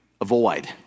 avoid